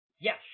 Yes